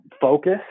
focus